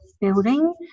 building